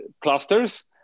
clusters